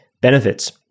benefits